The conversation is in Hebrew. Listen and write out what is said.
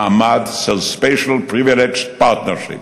מעמד של Special Privileged Partnership,